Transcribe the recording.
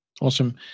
Awesome